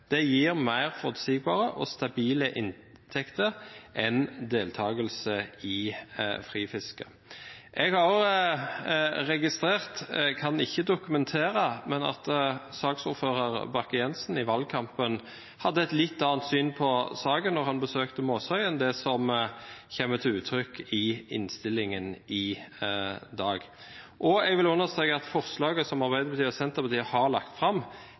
Det gir mer forutsigbare og stabile inntekter enn deltakelse i frifiske. Jeg har også registrert – jeg kan ikke dokumentere det – at saksordføreren, Bakke-Jensen, i valgkampen hadde et litt annet syn på saken da han besøkte Måsøy, enn det som kommer til uttrykk i innstillingen i dag. Jeg vil understreke at forslaget som Arbeiderpartiet og Senterpartiet har lagt fram,